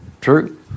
True